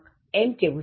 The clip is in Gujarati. એમ કહેવું જોઇએ